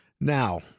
Now